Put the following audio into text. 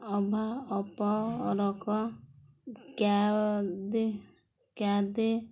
ଅଭା ଅପରକ କ୍ୟାଦି କ୍ୟାଦି